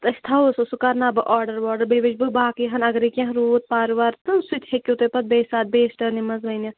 تہٕ أسۍ تھاوَو سُہ سُہ کَرناو بہٕ آرڈَر واڈَر بیٚیہِ وٕچھِ بہٕ باقٕے ہَن اگَرَے کینٛہہ روٗد پَرٕ وَرٕ تہٕ سُہ تہِ ہیٚکِو تُہۍ پَتہٕ بیٚیہِ ساتہٕ بیٚیِس ٹٔرنہِ منٛز ؤنِتھ